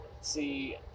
See